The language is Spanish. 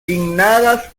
pinnadas